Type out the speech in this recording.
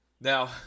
now